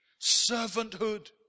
servanthood